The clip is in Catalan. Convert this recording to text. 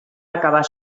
acabar